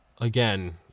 Again